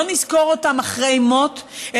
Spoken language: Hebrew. לא נזכור אותם אחרי מות,